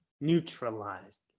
neutralized